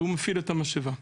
והוא מפעיל את המשאבה.